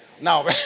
Now